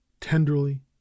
tenderly